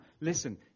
listen